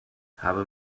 habe